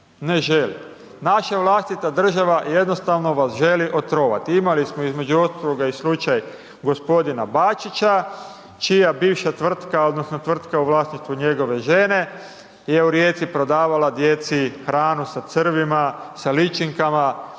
Ne želi. Naša vlastita država jednostavno vas želi otrovati, imali smo između ostaloga i slučaj gospodina Bačića, čija bivša tvrtka, odnosno, tvrtka u vlasništvu njegove žene, je u Rijeci prodavala djeci hranu sa crvima, sa ličinkama,